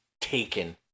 taken